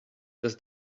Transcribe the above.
does